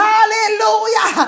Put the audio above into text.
Hallelujah